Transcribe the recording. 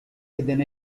within